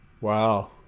wow